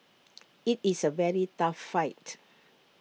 IT is A very tough fight